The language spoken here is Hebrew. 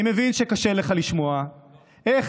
אני מבין שקשה לך לשמוע איך